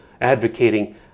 advocating